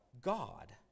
God